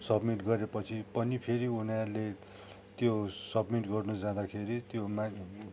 submit गरेपछि पनि फेरि उनीहरूले त्यो सबमिट गर्नु जाँदाखेरि त्यो मा